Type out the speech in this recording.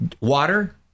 water